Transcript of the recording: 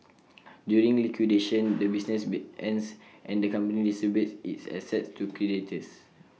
during liquidation the business ends and the company distributes its assets to creditors